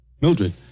Mildred